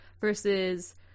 versus